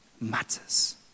matters